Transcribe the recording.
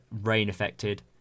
rain-affected